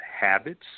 habits